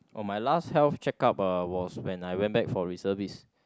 oh my last health checkup uh was when I went back for reservist